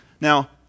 Now